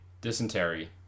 Dysentery